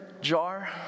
jar